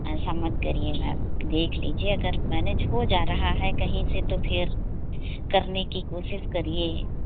ऐसा मत करिए मैम देख लीजिए अगर मैनेज हो जा रहा है कहीं से तो फिर करने की कोशिश करिए